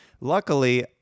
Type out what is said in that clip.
luckily